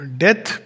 death